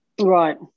Right